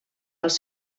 els